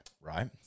right